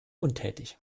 untätig